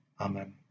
Amen